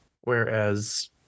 whereas